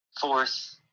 Fourth